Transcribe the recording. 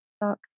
talk